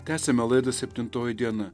tęsiame laida septintoji diena